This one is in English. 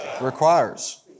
requires